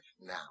now